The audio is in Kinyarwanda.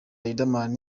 riderman